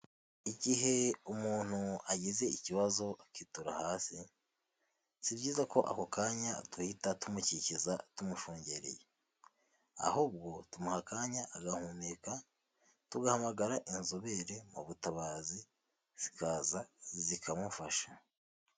Igihe umuntu agize ikibazo akitura hasi, si byiza ko ako kanya tuhita tumukikiza tumushungereye ahubwo tumuha akanya agahumeka tugahamagara inzobere mu butabazi zikaza zikamufasha.